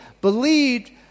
believed